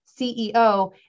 CEO